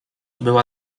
była